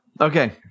Okay